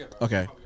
okay